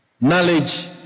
Knowledge